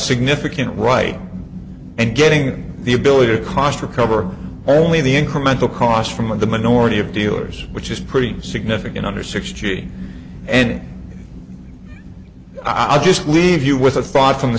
significant right and getting the ability to cost recover only the incremental cost from of the minority of dealers which is pretty significant under sixteen and i'll just leave you with a thought from the